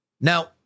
Now